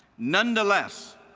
nonetheless,